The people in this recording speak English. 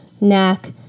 neck